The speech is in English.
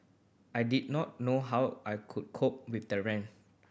I did not know how I could cope with the rent